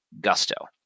Gusto